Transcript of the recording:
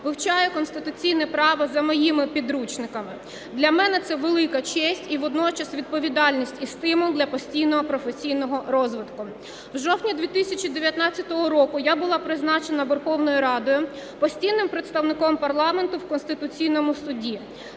вивчає конституційне право за моїми підручниками. Для мене це велика честь і водночас відповідальність, і стимул для постійного професійного розвитку. В жовтні 2019 року я була призначена Верховною Радою постійним представником парламенту в Конституційному Суді.